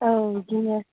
औ बिदिनो